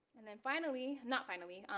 and then finally, not finally,